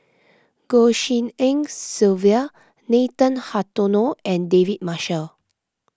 Goh Tshin En Sylvia Nathan Hartono and David Marshall